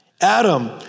Adam